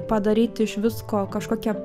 padaryti iš visko kažkokią